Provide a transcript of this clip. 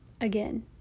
Again